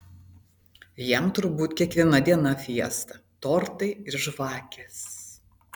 jam turbūt kiekviena diena fiesta tortai ir žvakės